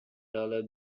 dollar